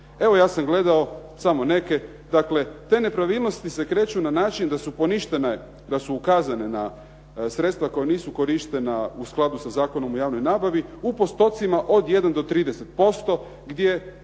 Evo, ja sam gledao samo neke, dakle te nepravilnosti se kreću na način da su poništene, da su ukazane na sredstva koja nisu korištena u skladu sa Zakonom o javnoj nabavi, u postotcima od 1 do 30% gdje